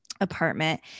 apartment